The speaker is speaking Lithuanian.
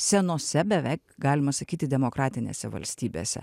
senose beveik galima sakyti demokratinėse valstybėse